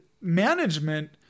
management